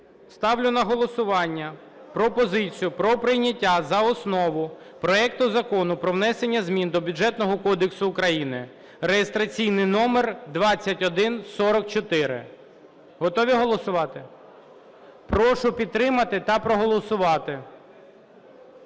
ставлю на голосування пропозицію про прийняття за основу проекту Закону про внесення змін до Бюджетного кодексу України (реєстраційний номер 2144). Готові голосувати? Прошу підтримувати та проголосувати.